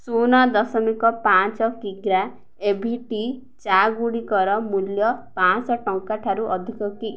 ଶୂନ ଦଶମିକ ପାଞ୍ଚ କିଗ୍ରା ଏ ଭି ଟି ଚା' ଗୁଡ଼ିକର ମୂଲ୍ୟ ପାଞ୍ଚଶହ ଟଙ୍କା ଠାରୁ ଅଧିକ କି